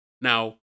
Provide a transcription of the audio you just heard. Now